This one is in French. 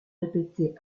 répéter